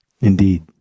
Indeed